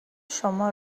شما